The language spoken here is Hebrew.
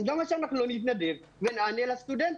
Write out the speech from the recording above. למה שאנחנו לא נתנדב ונענה לסטודנטים.